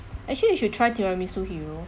actually you should try tiramisu hero